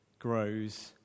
grows